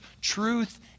truth